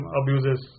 abuses